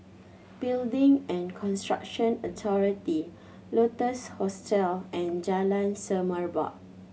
Building and Construction Authority Lotus Hostel and Jalan Semerbak